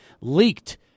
leaked